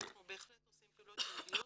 אנחנו בהחלט עושים פעילויות,